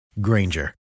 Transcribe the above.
Granger